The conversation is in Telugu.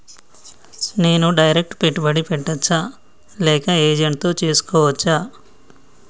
నేను డైరెక్ట్ పెట్టుబడి పెట్టచ్చా లేక ఏజెంట్ తో చేస్కోవచ్చా?